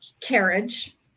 carriage